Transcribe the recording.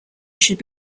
should